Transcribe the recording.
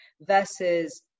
versus